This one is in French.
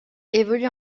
évolue